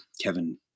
Kevin